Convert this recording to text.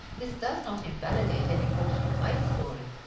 this does not invalidate any portion of my story.